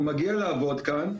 הוא מגיע לעבוד כאן,